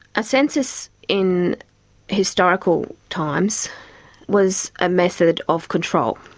a census in historical times was a method of control,